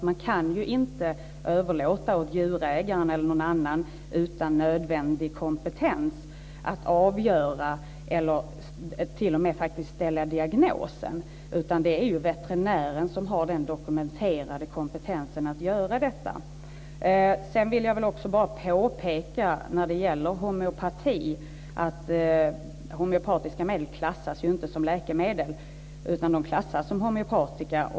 Man kan ju inte överlåta åt djurägaren eller någon annan utan nödvändig kompetens att avgöra det här eller t.o.m. ställa diagnosen. Det är ju veterinären som har den dokumenterade kompetensen att göra detta. Sedan vill jag bara påpeka en sak när det gäller homeopati. Homeopatiska medel klassas inte som läkemedel. De klassas som homeopatika.